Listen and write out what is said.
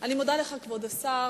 אני מודה לך, כבוד השר.